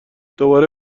دوباره